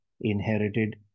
inherited